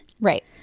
Right